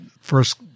first